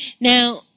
Now